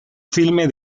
filme